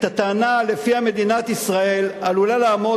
את הטענה שלפיה מדינת ישראל עלולה לעמוד